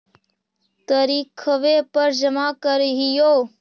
तरिखवे पर जमा करहिओ?